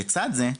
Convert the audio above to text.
לצד זה,